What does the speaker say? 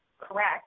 correct